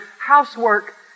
housework